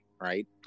right